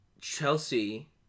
Chelsea